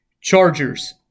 Chargers